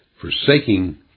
forsaking